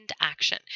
action